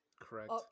Correct